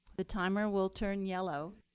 the timer will turn yellow,